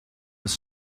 was